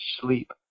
sleep